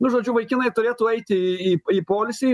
nu žodžiu vaikinai turėtų eiti į į poilsį